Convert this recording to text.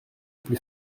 plus